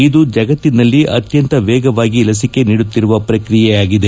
ಇದು ಜಗತ್ತಿನಲ್ಲಿ ಅತ್ಯಂತ ವೇಗವಾಗಿ ಲಸಿಕೆ ನೀಡುತ್ತಿರುವ ಪ್ರಕ್ರಿಯೆ ಆಗಿದೆ